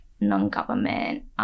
non-government